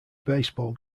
baseball